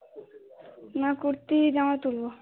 না কুর্তি জামা তুলবো